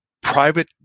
private